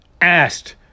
asked